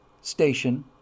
station